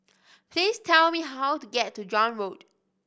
please tell me how to get to John Road